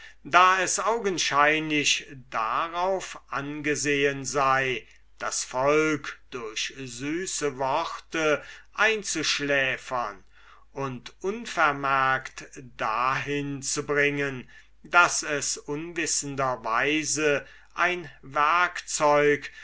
da es augenscheinlich darauf angesehen sei das volk durch süße worte einzuschläfern und unvermerkt dahin zu bringen daß es unwissenderweise ein